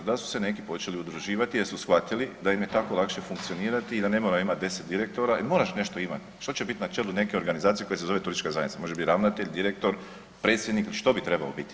Da su se neki počeli udruživati jer su shvatili da im je tako lakše funkcionirati i da ne moraju imati 10 direktora, ali moraš nešto imati, što će biti na čelu neke organizacije koja se zove turistička zajednica, može biti ravnatelj, direktor, predsjednik, što bi trebao biti?